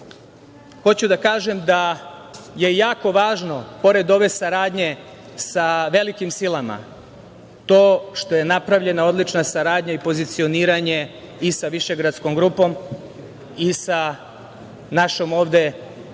hoću da kažem da je jako važno, pored ove saradnje sa velikim silama, to što je napravljena odlična saradnja i pozicioniranje i sa Višegradskom grupom i sa našom ovde kvadriteralom,